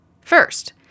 first